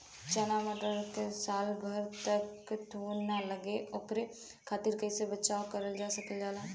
चना मटर मे साल भर तक घून ना लगे ओकरे खातीर कइसे बचाव करल जा सकेला?